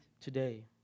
today